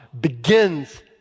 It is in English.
begins